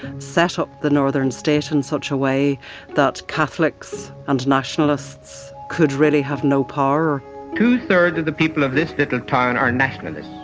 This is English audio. set up the northern state in such a way that catholics and nationalists could really have no power two-thirds of the people of this little town are nationalist.